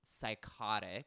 psychotic